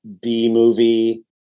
B-movie